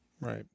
Right